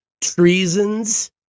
Treason's